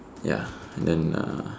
ya and then uh